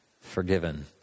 forgiven